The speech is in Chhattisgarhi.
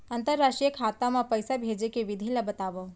अंतरराष्ट्रीय खाता मा पइसा भेजे के विधि ला बतावव?